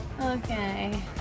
Okay